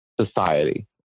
society